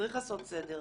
צריך לעשות סדר.